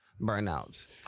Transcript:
burnouts